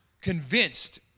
Convinced